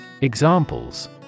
Examples